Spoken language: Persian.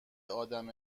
ادم